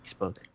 Facebook